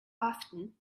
often